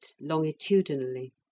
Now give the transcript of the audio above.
longitudinally